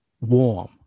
warm